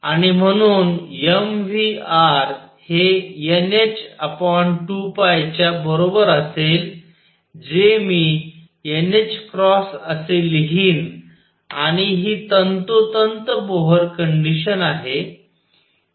आणि म्हणून mvr हे nh2π च्या बरोबर असेल जे मी nℏअसे लिहीनआणि हि तंतोतंत बोहर कंडिशन आहे